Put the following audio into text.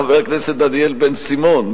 חבר הכנסת דניאל בן-סימון.